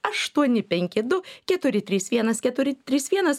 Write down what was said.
aštuoni penki du keturi trys vienas keturi trys vienas